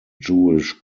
jewish